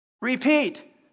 Repeat